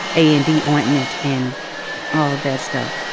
a and d ointment and all that stuff.